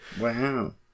Wow